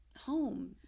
home